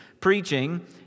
preaching